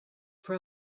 for